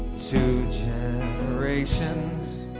two generations